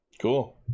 Cool